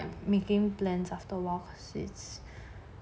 making plans after awhile is